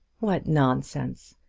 what nonsense!